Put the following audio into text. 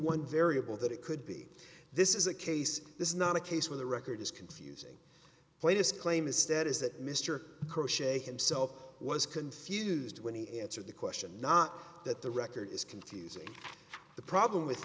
one variable that it could be this is a case this is not a case where the record is confusing latest claim istead is that mr crochet himself was confused when he answered the question not that the record is confusing the problem with